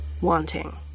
wanting